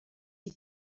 die